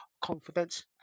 confidence